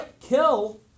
kill